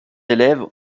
élèves